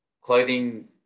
clothing